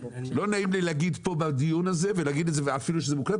לא נעים לי להגיד פה בדיון הזה ונגיד את זה אפילו שזה מוקלט,